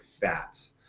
fats